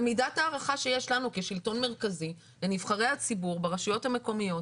ומידת ההערכה שיש לנו כשלטון מרכזי לנבחרי הציבורי ברשויות המקומיות,